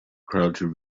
crouched